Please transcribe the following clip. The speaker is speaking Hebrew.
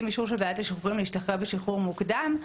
אישור של ועדת שחרורים להשתחרר בשחרור מוקדם,